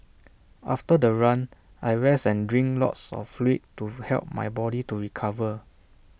after the run I rest and drink lots of fluid to help my body to recover